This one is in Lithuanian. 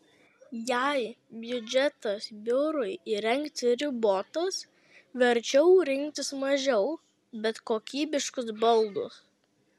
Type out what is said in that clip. jei biudžetas biurui įrengti ribotas verčiau rinktis mažiau bet kokybiškus baldus